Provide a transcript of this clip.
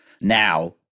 now